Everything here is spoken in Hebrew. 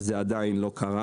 אז זה עדיין לא קרה.